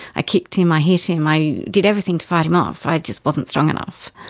i kicked him, i hit him, i did everything to fight him off, i just wasn't strong enough.